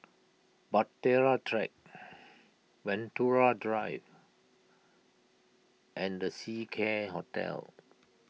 Bahtera Track Venture Drive and the Seacare Hotel